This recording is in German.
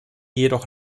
jedoch